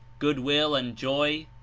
good will and joy?